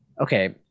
Okay